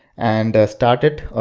and start it